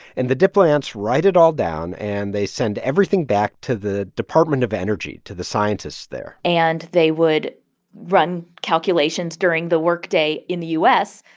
and the diplomats write it all down, and they send everything back to the department of energy, to the scientists there and they would run calculations during the workday in the u s.